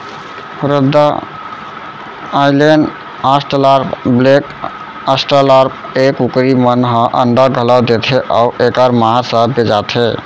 रद्दा Island, Australorp, black Australorp ए कुकरी मन ह अंडा घलौ देथे अउ एकर मांस ह बेचाथे